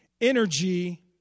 Energy